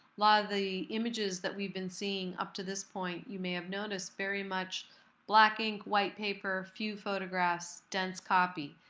lot of the images that we've been seeing up to this point, you may have noticed, very much black ink, white paper, few photographs, dense copy.